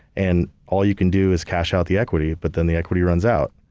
and all you can do is cash out the equity, but then the equity runs out,